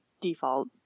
default